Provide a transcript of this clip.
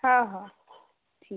हा हा ठीक आहे